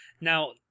Now